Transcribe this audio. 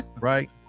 right